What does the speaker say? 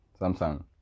Samsung